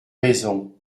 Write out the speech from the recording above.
raison